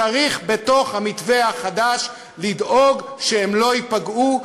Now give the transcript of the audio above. צריך בתוך המתווה החדש לדאוג שהם לא ייפגעו,